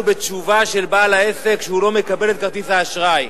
בתשובה של בעל העסק שהוא לא מקבל את כרטיס האשראי.